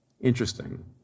Interesting